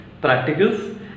practicals